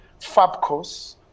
Fabcos